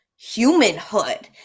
humanhood